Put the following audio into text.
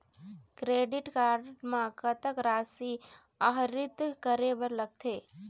Credit card म कतक राशि आहरित करे बर लगथे?